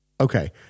okay